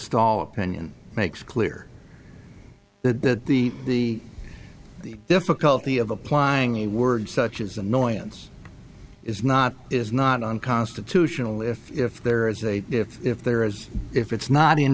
stall opinion makes clear the that the the difficulty of applying a word such as annoyance is not is not unconstitutional if if there is a if there is if it's not in